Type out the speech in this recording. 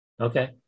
Okay